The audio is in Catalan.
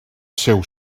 seu